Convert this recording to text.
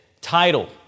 title